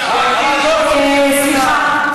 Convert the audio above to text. סליחה,